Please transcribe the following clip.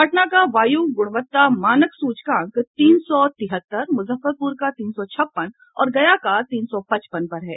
पटना का वायु गुणवत्ता मानक सूचकांक तीन सौ तिहत्तर मुजफ्फरपुर का तीन सौ छप्पन और गया का तीन सौ पचपन पर है